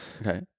Okay